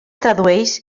tradueix